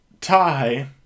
tie